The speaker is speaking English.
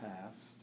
past